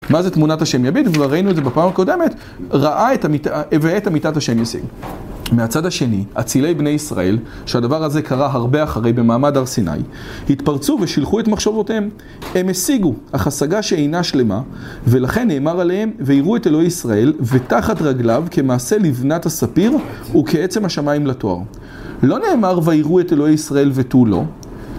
מה זה תמונת השם יביט? כבר ראינו את זה בפעם הקודמת. ראה את אמיתת השם יסיג. מהצד השני, הצילי בני ישראל, שהדבר הזה קרה הרבה אחרי במעמד הר סיני, התפרצו ושלחו את מחשבותיהם. הם השיגו אך השגה שאינה שלמה, ולכן נאמר עליהם, ויראו את אלוהי ישראל ותחת רגליו כמעשה לבנת הספיר וכעצם השמיים לתואר. לא נאמר ויראו את אלוהי ישראל ותו לא.